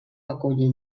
acollit